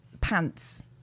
pants